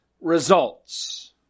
results